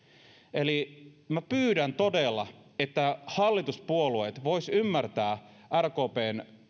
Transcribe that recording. eli minä pyydän todella että hallituspuolueet voisivat ymmärtää rkp